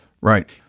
Right